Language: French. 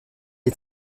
est